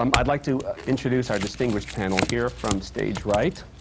um i'd like to introduce our distinguished panel. here, from stage right,